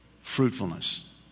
Fruitfulness